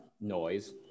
noise